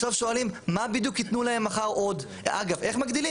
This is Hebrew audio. איך מגדילים?